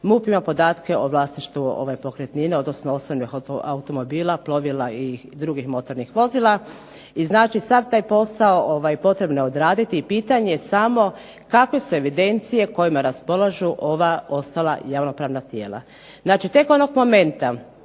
MUP ima podatke o vlasništvu pokretnina, odnosno osobnih automobila, plovila i drugih motornih vozila, i znači sav taj posao potrebno je odraditi i pitanje je samo kako se evidencije kojima raspolažu ova ostala javno-pravna tijela. Znači, tek onog momenta